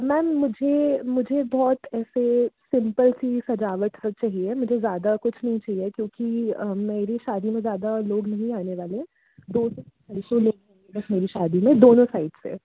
ma'am मुझे मुझे बहुत ऐसे सिंपल सी सजावट सा चाहिए मुझे ज़्यादा कुछ नही चहिए क्योंकि मेरी शादी में ज़्यादा लोग नहीं आने वाले हैं दो से ढाई सौ लोग रहेंगे बस मेरी शादी में दोनों साइड से